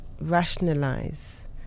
rationalize